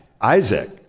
Isaac